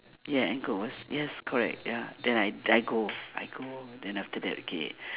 ya and good words yes correct ya then I then I go I go then after that okay